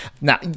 now